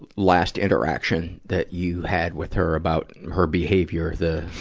last interaction that you had with her, about her behavior, the